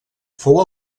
fou